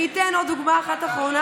אני אתן עוד דוגמה אחת אחרונה,